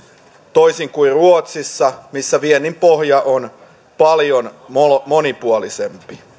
toisin kuin ruotsissa missä viennin pohja on paljon monipuolisempi